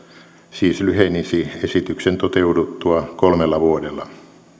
siis lyhenisi esityksen toteuduttua kolmella vuodella